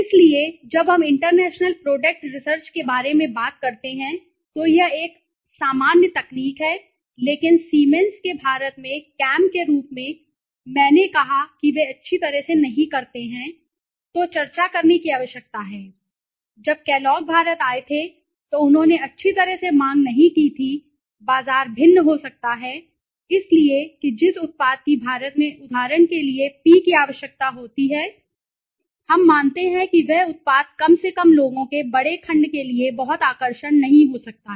इसलिए जब हम इंटरनेशनल प्रोडक्ट रिसर्च के बारे में बात करते हैं तो यह एक सामान्य तकनीक है लेकिन सीमेंस के भारत में कैम के रूप में मैंने कहा कि वे अच्छी तरह से नहीं करते हैं तो चर्चा करने की आवश्यकता है जब केलॉग भारत आए थे तो उन्होंने अच्छी तरह से मांग नहीं की थी बाजार भिन्न हो सकता है इसलिए कि जिस उत्पाद की भारत में उदाहरण के लिए P की आवश्यकता होती है हम मानते हैं कि वह उत्पाद कम से कम लोगों के बड़े खंड के लिए बहुत आकर्षक नहीं हो सकता है